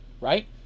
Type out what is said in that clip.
right